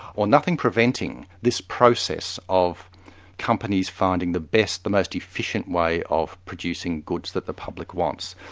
or nothing preventing this process of companies finding the best, the most efficient way of producing goods that the public wants.